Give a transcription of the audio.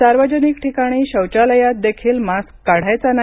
सार्वजनिक ठिकाणी शौचालयात देखील मास्क काढायचा नाही